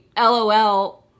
LOL